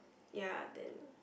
ya then